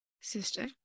Sister